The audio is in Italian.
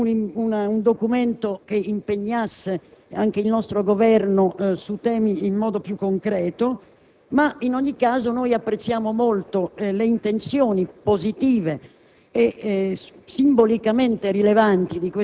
Sarebbe stato forse più apprezzabile un documento che impegnasse il nostro Governo in modo più concreto sul tema. In ogni caso, apprezziamo molto le intenzioni positive